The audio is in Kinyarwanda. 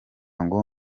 ngo